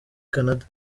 canada